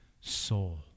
soul